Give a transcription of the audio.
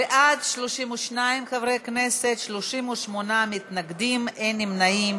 בעד, 32 חברי כנסת, 38 מתנגדים, אין נמנעים.